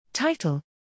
title